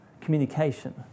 communication